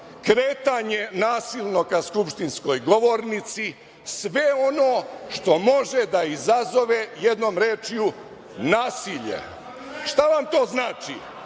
kretanje nasilno ka skupštinskoj govornici, sve ono što može da izazove, jednom rečju, nasilje. Šta vam to znači?